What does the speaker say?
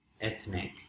ethnic